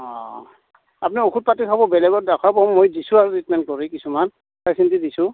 অঁ আপুনি ঔষধ পাতি খাব বেলেগত দেখুৱাব মই দিছোঁ আৰু ট্ৰিটমেণ্ কৰি কিছুমান দিছোঁ